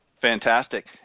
Fantastic